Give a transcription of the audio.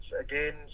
again